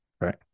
right